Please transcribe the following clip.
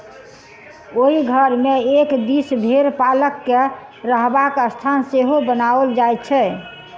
ओहि घर मे एक दिस भेंड़ पालक के रहबाक स्थान सेहो बनाओल जाइत छै